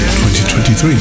2023